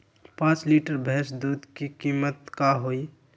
पाँच लीटर भेस दूध के कीमत का होई?